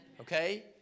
Okay